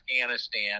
afghanistan